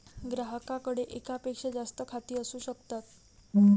ग्राहकाकडे एकापेक्षा जास्त खाती असू शकतात